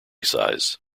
size